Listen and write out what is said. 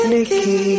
Nikki